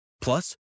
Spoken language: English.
Plus